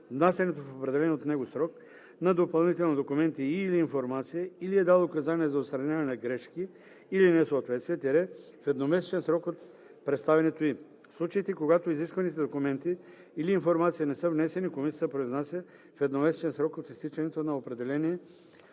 внасянето в определен от него срок на допълнителни документи и/или информация или е дал указания за отстраняване на грешки или несъответствия – в едномесечен срок от представянето им. В случаите, когато изисканите документи или информация не са внесени, комисията се произнася в едномесечен срок от изтичането на определения